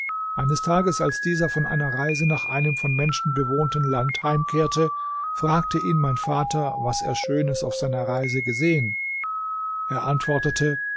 eines tages als dieser von einer reise nach einem von menschen bewohnten land heimkehrte fragte ihn mein vater was er schönes auf seiner reise gesehen er antwortete